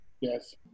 Yes